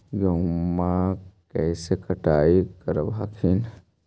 गेहुमा कैसे कटाई करब हखिन?